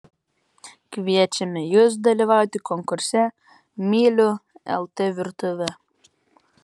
kviečiame jus dalyvauti konkurse myliu lt virtuvę